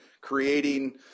creating